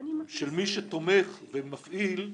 שמי שתומך ומפעיל ,